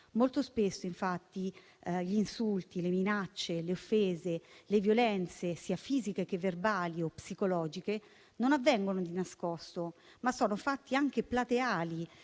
Molto spesso, infatti, gli insulti, le minacce, le offese, le violenze, sia fisiche che verbali o psicologiche, non avvengono di nascosto, ma sono fatti anche plateali